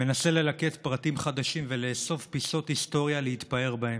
מנסה ללקט פרטים חדשים ולאסוף פיסות היסטוריה להתפאר בהן.